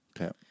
Okay